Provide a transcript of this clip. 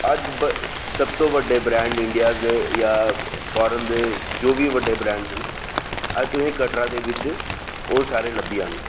अज्ज सब तूं बड्डे ब्रेंड इंडिया दे जां फार्न दे जो बी बड़े ब्रेडंस न अज्ज तुसें गी कटरा दे बिच सारे लब्भी जाह्ङन